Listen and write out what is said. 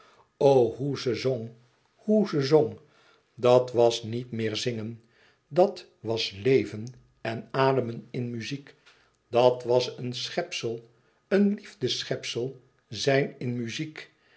hoe ze zong hoe ze zong dat was niet meer zingen dat was leven en ademen in muziek dat was een schepsel een liefdeschepsel zijn in muziek